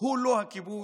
הוא לא הכיבוש?